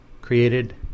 created